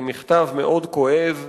מכתב מאוד כואב.